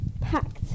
packed